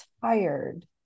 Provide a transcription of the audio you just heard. tired